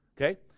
Okay